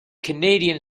canadian